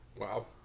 Wow